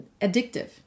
addictive